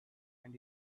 and